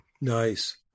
Nice